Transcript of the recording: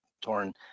torn